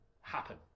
happen